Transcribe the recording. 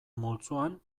multzoan